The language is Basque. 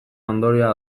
ondorioa